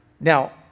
Now